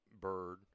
bird